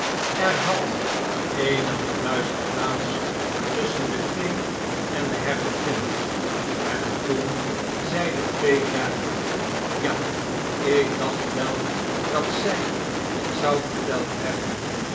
er had eenig gefluister plaats tusschen de fee en de hertogin en toen zei de fee luide n ja ik dacht wel dat zy het uzou verteld hebben